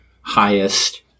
highest